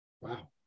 Wow